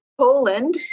Poland